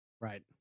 right